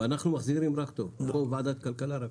אנחנו מחזירים רק טוב בוועדת כלכלה.